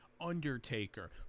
Undertaker